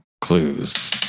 clues